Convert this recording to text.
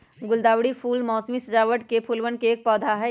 गुलदावरी फूल मोसमी सजावट फूलवन के एक पौधा हई